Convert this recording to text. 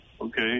Okay